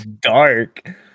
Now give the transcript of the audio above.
dark